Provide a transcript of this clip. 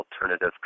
alternative